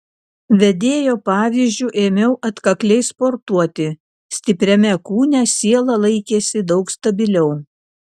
vedėjo pavyzdžiu ėmiau atkakliai sportuoti stipriame kūne siela laikėsi daug stabiliau